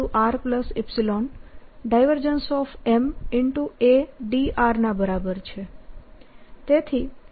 M a dr ના બરાબર છે